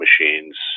machines